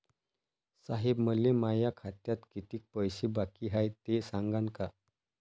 साहेब, मले माया खात्यात कितीक पैसे बाकी हाय, ते सांगान का?